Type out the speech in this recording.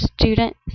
student